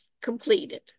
completed